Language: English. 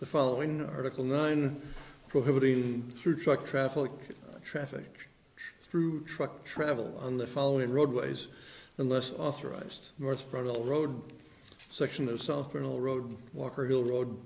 the following article nine prohibiting through truck traffic traffic through truck travel on the following roadways unless authorized morse from the road section of software all road walker hill road